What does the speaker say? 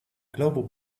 global